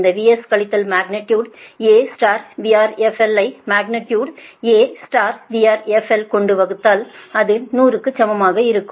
இந்த Vs கழித்தல் magnitude A VRFL ஐ மக்னிடியுடு A VRFL கொண்டு வகுத்தால் அது 100 க்கு சமமாகும்